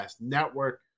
network